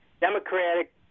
Democratic